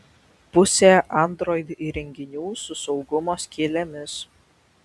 pusė android įrenginių su saugumo skylėmis